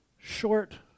short